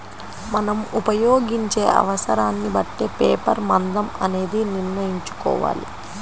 మనం ఉపయోగించే అవసరాన్ని బట్టే పేపర్ మందం అనేది నిర్ణయించుకోవాలి